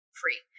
free